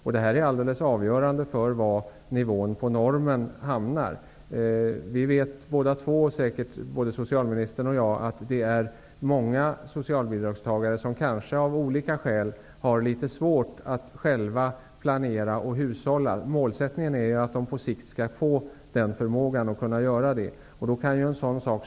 Men det här är helt avgörande för var man hamnar när det gäller nivån för denna norm. Både socialministern och jag, det är jag säker på, vet att många socialbidragstagare av olika skäl kanske har litet svårt att själva planera och hushålla. Målet är att de på sikt skall ha förmåga att göra det.